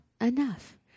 enough